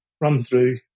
run-through